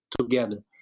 together